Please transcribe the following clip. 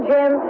Jim